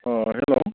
अह hello